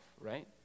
right